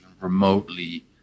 remotely